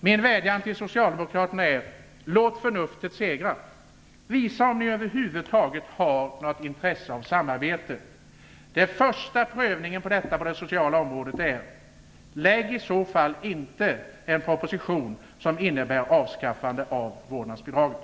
Min vädjan till socialdemokraterna är: Låt förnuftet segra. Visa att ni över huvud taget har något intresse av samarbete. Det första beviset på detta på det sociala området är: Lägg i så fall inte fram en proposition som innebär avskaffande av vårdnadsbidraget.